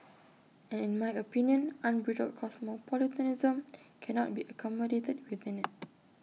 and in my opinion unbridled cosmopolitanism cannot be accommodated within IT